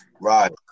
Right